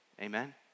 Amen